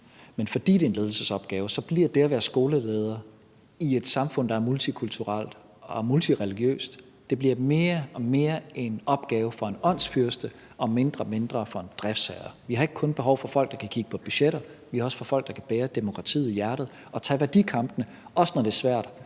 Men fordi det er en ledelsesopgave, bliver det at være skoleleder i et samfund, der er multikulturelt og multireligiøst, mere og mere en opgave for en åndsfyrste og mindre og mindre for en driftsherre. Vi har ikke kun behov for folk, der kan kigge på budgetter; vi har også behov for folk, der kan bære demokratiet i hjertet og tage værdikampene, også når det er svært,